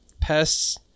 Pests